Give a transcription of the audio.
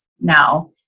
now